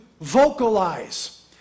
vocalize